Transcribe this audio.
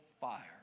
fire